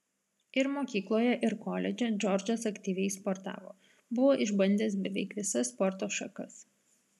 ir mokykloje ir koledže džordžas aktyviai sportavo buvo išbandęs beveik visas sporto šakas